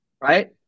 right